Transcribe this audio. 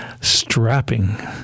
Strapping